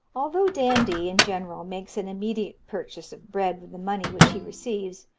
although dandie, in general, makes an immediate purchase of bread with the money which he receives,